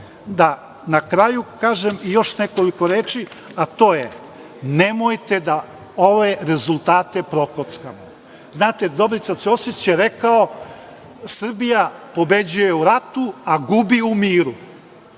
da na kraju kažem i još nekoliko reči, a to je – nemojte da ove rezultate prokockamo. Znate, Dobrica Ćosić je rekao – Srbija pobeđuje u ratu, a gubi u miru.